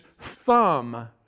thumb